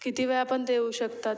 किती वेळापर्यंत येऊ शकतात